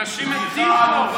אנשים מתים פה.